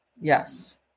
Yes